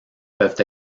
peuvent